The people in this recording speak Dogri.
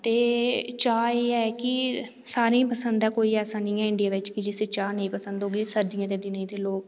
ते चाह् एह् ऐ कि सारें गी पसंद ऐ कोई ऐसा निं ऐ इंडिया बिच कि जिसी चाह् नेईं पसंद होगी सर्दियें दिनें ते लोग